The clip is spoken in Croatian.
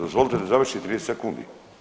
Dozvolite da završim 30 sekundi.